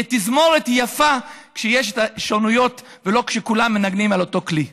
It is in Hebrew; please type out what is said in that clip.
כי תזמורת היא יפה כשיש שונות ולא כשכולם מנגנים על אותו כלי.